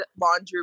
laundry